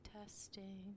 testing